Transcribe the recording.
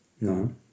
No